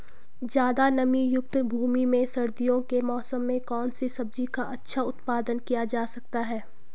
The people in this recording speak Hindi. ज़्यादा नमीयुक्त भूमि में सर्दियों के मौसम में कौन सी सब्जी का अच्छा उत्पादन किया जा सकता है?